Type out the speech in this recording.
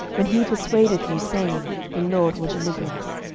when he persuadeth you, saying, the lord will deliver us.